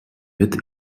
wet